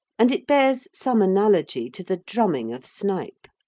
and it bears some analogy to the drumming of snipe.